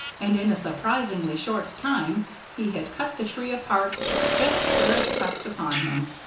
and in a surprisingly short time he had cut the tree apart just where it pressed upon him.